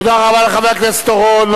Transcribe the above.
תודה רבה לחבר הכנסת אורון.